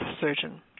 surgeon